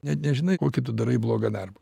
net nežinai kokį tu darai blogą darbą